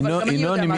ינון,